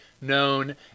known